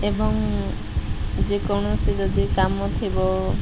ଏବଂ ଯେକୌଣସି ଯଦି କାମ ଥିବ